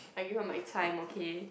I give up my time okay